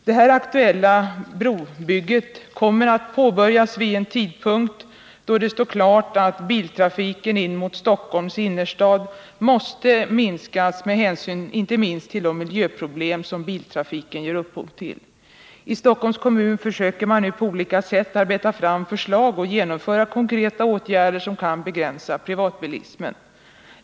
Det aktuella brobygget kommer att påbörjas vid en tidpunkt då det står klart att biltrafiken in mot Stockholms innerstad måste minskas med hänsyn inte minst till de miljöproblem som biltrafiken ger upphov till. I Stockholms kommun försöker man nu på olika sätt arbeta fram förslag och genomföra konkreta åtgärder som kan begränsa privatbilismen.